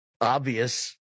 obvious